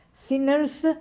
sinners